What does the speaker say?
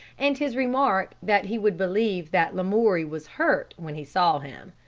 and his remark that he would believe that lamoury was hurt when he saw him.